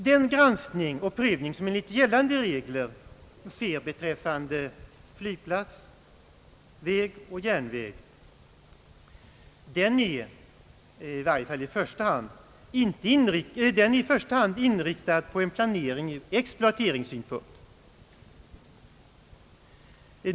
Den granskning och prövning som enligt gällande regler sker beträffande flygplats, väg och järnväg är i första hand inriktad på en planering ur exploateringssynpunkt.